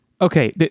okay